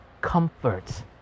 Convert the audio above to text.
comfort